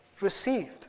received